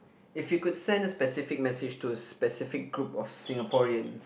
if you could send a specific message to a specific group of Singaporeans